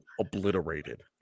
obliterated